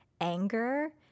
anger